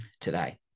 today